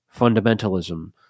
fundamentalism